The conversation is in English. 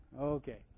Okay